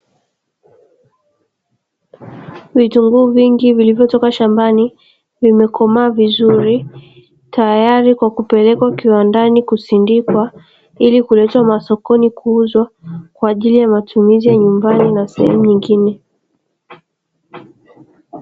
Vitunguu vingi vilivyotoka shambani vimekomaa vizuri tayari kwa kupelekwa kiwandani kusindikwa ili kuletwa masokoni kuuzwa kwa ajili ya matumizi ya nyumbani na sehemu nyingine.